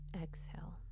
exhale